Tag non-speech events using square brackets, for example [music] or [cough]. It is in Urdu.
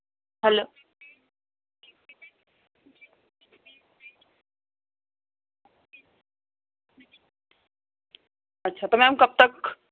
ہیلو [unintelligible] اچھا تو میم کب تک